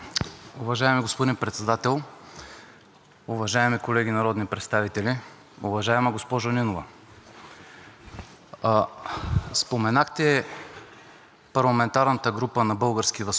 споменахте парламентарната група на „Български възход“ и всичко това направихте в контекста на темата непоследователност.